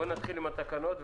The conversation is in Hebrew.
בואו נתחיל בתקנות.